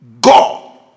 God